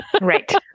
Right